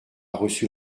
reçu